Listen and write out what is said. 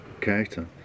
character